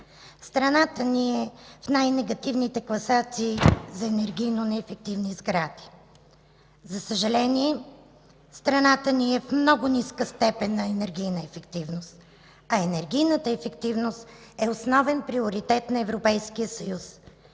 Страната ни е в най-негативните класации за енергийно неефективни сгради. За съжаление, страната ни е в много ниска степен на енергийна ефективност, а тя е основен приоритет на Европейския съюз.